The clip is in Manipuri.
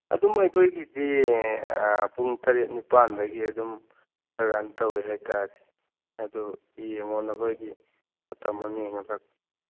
ꯑꯗꯨꯝ ꯑꯩꯈꯣꯏꯒꯤꯁꯤ ꯄꯨꯡ ꯇꯔꯦꯠ ꯅꯤꯄꯥꯟꯗꯒꯤ ꯑꯗꯨꯝ ꯔꯟ ꯇꯧꯔꯦ ꯍꯥꯏ ꯇꯥꯔꯦ ꯑꯗꯨ ꯌꯦꯡꯉꯣ ꯅꯈꯣꯏꯒꯤ ꯃꯇꯝ ꯑꯃ ꯌꯦꯡꯉꯒ